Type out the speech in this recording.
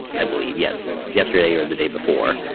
i believe, yes, yesterday or the day before.